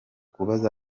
kubaza